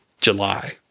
July